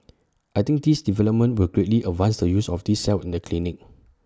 I think this development will greatly advance the use of these cells in the clinic